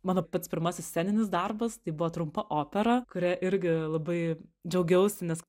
mano pats pirmasis sceninis darbas tai buvo trumpa opera kuria irgi labai džiaugiausi nes